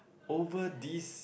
over these